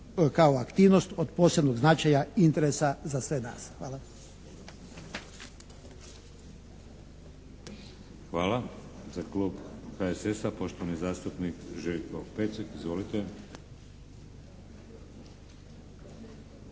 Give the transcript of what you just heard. kao aktivnost od posebnog značaja i interesa za sve nas. Hvala. **Šeks, Vladimir (HDZ)** Hvala. Za klub HSS-a, poštovani zastupnik Željko Pecek. Izvolite!